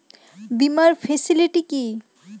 বীমার ফেসিলিটি কি?